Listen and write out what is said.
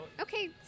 Okay